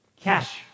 cash